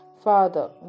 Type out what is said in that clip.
Father